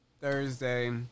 Thursday